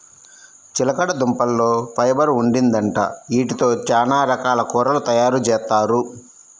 చిలకడదుంపల్లో ఫైబర్ ఉండిద్దంట, యీటితో చానా రకాల కూరలు తయారుజేత్తారు